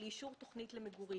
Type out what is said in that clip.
יש חלקים מחוץ לגן הלאומי,